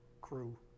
crew